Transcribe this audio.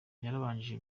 yabanjirije